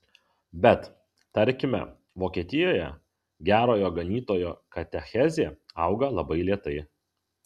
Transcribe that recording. bet tarkime vokietijoje gerojo ganytojo katechezė auga labai lėtai